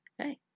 Okay